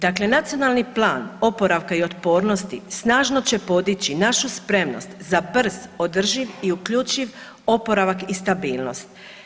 Dakle, Nacionalni plan oporavka i otpornosti snažno će podići našu spremnost za brz, održiv i uključiv oporavak i stabilnost.